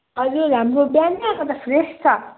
हजुर हाम्रो बिहानै आएको त फ्रेस छ